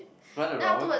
run around